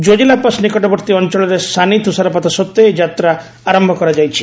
Zojila pass ନିକଟବର୍ତ୍ତୀ ଅଞ୍ଚଳରେ ସାନି ତୁଷାରପାତ ସତ୍ୱେ ଏହି ଯାତ୍ରା ଆରମ୍ଭ କରାଯାଇଛି